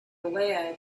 lead